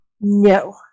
No